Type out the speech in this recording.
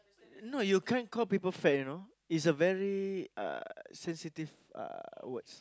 no you can't call people fat you know it's a very uh sensitive uh word